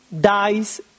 dies